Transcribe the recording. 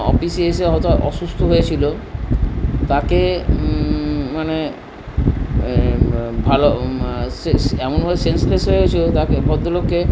অফিসে এসে হয়তো অসুস্থ হয়েছিলো তাকে মানে ভালো এমনভাবে সেন্সলেস হয়ে গেছিলো তাকে ভদ্রলোককে